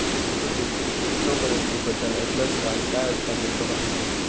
चिंटू, तू क्रिप्टोकरंसी बद्दल ऐकलंस काय, काय असता क्रिप्टोकरंसी?